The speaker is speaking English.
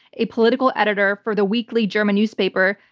a political editor for the weekly german newspaper,